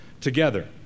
together